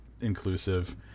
inclusive